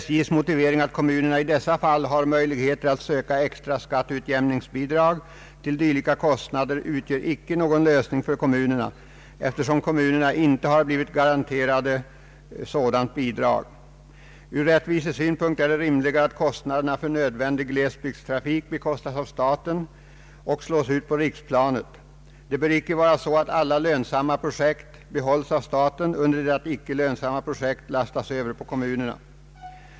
SJ:s motivering att kommunerna i dessa fall har möjligheter att söka extra skatteutjämningsbidrag till dylika kostnader utgör icke någon lösning för kommunerna, eftersom kommunerna inte har blivit garanterade sådant bidrag. ——— Ur rättvisesynpunkt är det rimligare att kostnaderna för nödvändig glesbygdstrafik bekostas av staten och slås ut på riksplanet. Det bör icke vara så att alla lönsamma projekt behålls av staten under det att icke lönsamma projekt lastas över på kommunerna.